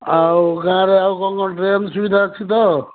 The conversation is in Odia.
ଆଉ ଗାଁ'ରେ ଆଉ କ'ଣ କ'ଣ ଡ୍ରେନ୍ ସୁବିଧା ଅଛି ତ